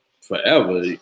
forever